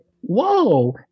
whoa